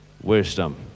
wisdom